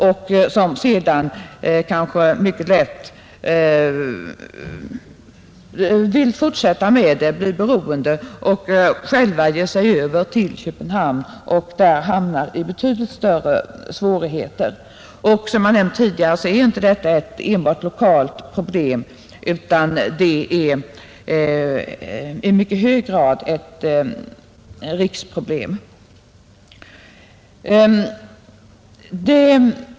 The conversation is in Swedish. De svenska ungdomarna kan mycket lätt bli beroende och själva ge sig över till Köpenhamn där de hamnar i betydligt större svårigheter. Som jag nämnt tidigare är detta inte enbart ett lokalt problem, utan det är i mycket hög grad ett riksproblem.